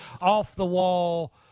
off-the-wall